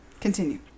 Continue